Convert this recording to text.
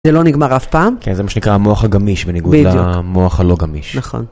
זה לא נגמר אף פעם? כן, זה מה שנקרא המוח הגמיש בניגוד למוח הלא גמיש. נכון.